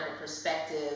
perspective